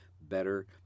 Better